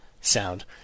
sound